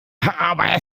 aber